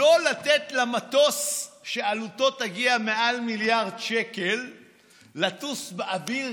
לא לתת למטוס שעלותו תגיע למעל מיליארד שקל לטוס באוויר,